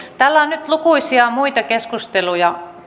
täällä on nyt lukuisia muita keskusteluja